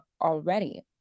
already